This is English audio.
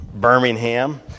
Birmingham